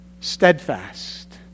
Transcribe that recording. steadfast